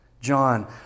John